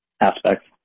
aspects